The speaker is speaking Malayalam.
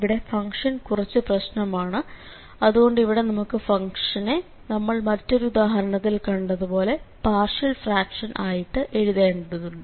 ഇവിടെ ഫംഗ്ഷൻ കുറച്ചു പ്രശ്നമാണ് അതുകൊണ്ട് ഇവിടെ നമുക്ക് ഫംഗ്ഷനെ നമ്മൾ മറ്റൊരു ഉദാഹരണത്തിൽ കണ്ടതുപോലെ പാർഷ്യൽ ഫ്രാക്ഷൻ ആയിട്ട് എഴുതേണ്ടതുണ്ട്